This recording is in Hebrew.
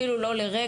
אפילו לא לרגע,